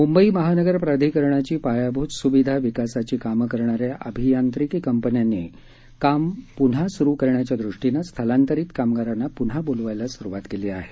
मूंबई महानगर प्राधिकरणाची पायाभूत स्विधा विकासाची कामं करणाऱ्या अभियांत्रिकी कंपन्यांनी काम प्न्हा सुरु करण्याच्या दृष्टीनं स्थलांतरित कामगारांना प्न्हा बोलवायला सुरुवात केली आहे